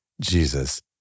Jesus